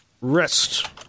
rest